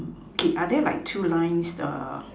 okay are there like two lines err